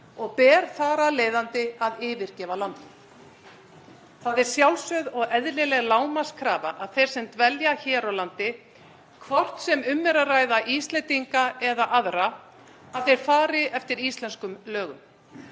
og ber þar af leiðandi að yfirgefa landið. Það er sjálfsögð og eðlileg lágmarkskrafa að þeir sem dvelja hér á landi, hvort sem um er að ræða Íslendinga eða aðra, fari eftir íslenskum lögum.